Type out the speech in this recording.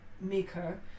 maker